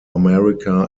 america